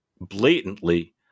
blatantly